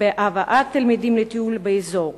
בהבאת תלמידים לטיולים באזור.